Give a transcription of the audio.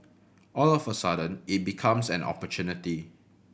all of a sudden it becomes an opportunity